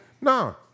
No